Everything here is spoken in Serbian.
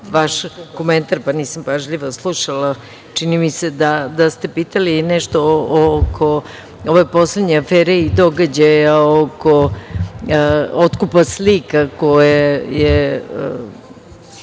vaš komentar, pa nisam pažljivo slušala. Čini mi se da ste pitali nešto oko ove poslednje afere i događaja oko otkupa slika, koje je